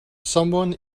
someone